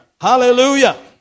Hallelujah